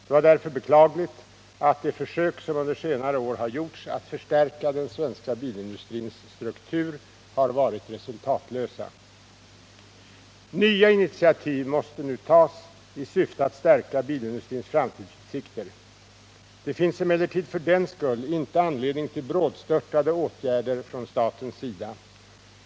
Det var därför beklagligt att de försök som under senare år har gjorts att förstärka den svenska bilindustrins struktur har varit resultatlösa. Nya initiativ måste nu tas i syfte att stärka bilindustrins framtidsutsikter. Det finns emellertid för den skull inte anledning till brådstörtade åtgärder från statens sida.